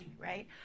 right